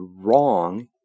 wrong